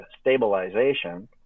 stabilization